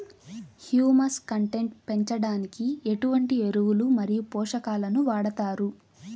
Humus content పెంచడానికి ఎటువంటి ఎరువులు మరియు పోషకాలను వాడతారు?